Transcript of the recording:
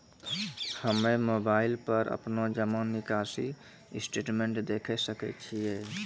हम्मय मोबाइल पर अपनो जमा निकासी स्टेटमेंट देखय सकय छियै?